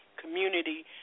community